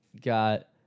got